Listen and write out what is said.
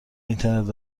اینترنت